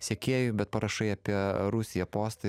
sekėjų bet parašai apie rusiją postą